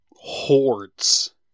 hordes